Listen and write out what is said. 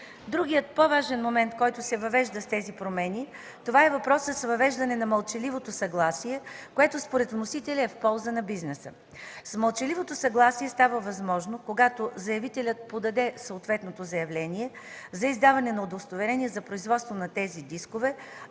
Другият по-важен момент, който се въвежда с тези промени, е въпросът с въвеждане на мълчаливото съгласие, което според вносителя е в полза на бизнеса. С мълчаливото съгласие става възможно, когато заявителят подаде съответното заявление за издаване на удостоверение за производство на тези дискове,